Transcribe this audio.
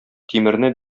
тимерне